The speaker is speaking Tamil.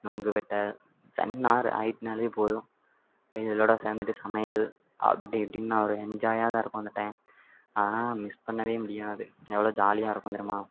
நுங்கு வெட்ட சனி ஞாயிறு ஆகிட்ன்னாலே போதும் பயல்களோடு சேர்ந்துட்டு சமையல் அப்படி இப்படின்னு நான் ஒரு என்ஜாயாகதான் இருக்கும் அந்த டைம் அதெல்லாம் மிஸ் பண்ணவே முடியாது எவ்வளோ ஜாலியாக இருக்கும் தெரியுமா